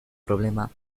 problema